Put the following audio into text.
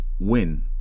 win